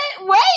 Wait